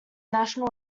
national